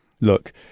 look